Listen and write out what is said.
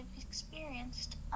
experienced